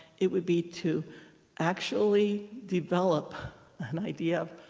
it would be to actually develop an idea of,